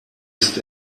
ist